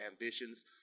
Ambitions